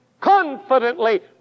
confidently